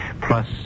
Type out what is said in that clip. plus